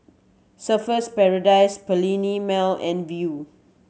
Surfer's Paradise Perllini Mel and Viu